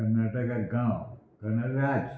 कर्नाटका गांव कर्नाटका राज्य